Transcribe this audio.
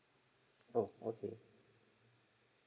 oh okay